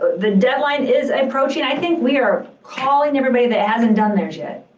the deadline is approaching, i think we are calling everybody that hasn't done theirs yet.